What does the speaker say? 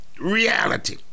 reality